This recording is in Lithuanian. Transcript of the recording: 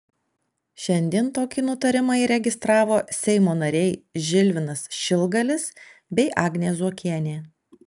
šiandien tokį nutarimą įregistravo seimo nariai žilvinas šilgalis bei agnė zuokienė